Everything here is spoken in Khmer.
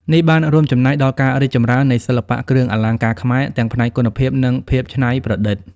នេះបានរួមចំណែកដល់ការរីកចម្រើននៃសិល្បៈគ្រឿងអលង្ការខ្មែរ ទាំងផ្នែកគុណភាព និងភាពច្នៃប្រឌិត។